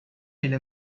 ile